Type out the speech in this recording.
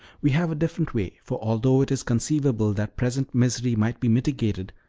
we have a different way for although it is conceivable that present misery might be mitigated,